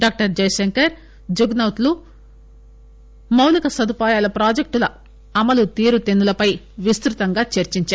doctor Jayashankar జుగనౌత్ లు మౌలిక సదుపాయాల ప్రాజెక్టుల అమలు తీరుతెన్సు లపై విస్తుతంగా చర్చించారు